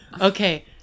Okay